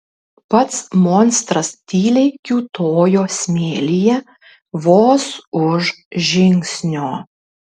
pats monstras tyliai kiūtojo smėlyje vos už žingsnio